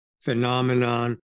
phenomenon